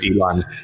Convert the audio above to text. Elon